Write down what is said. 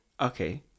Okay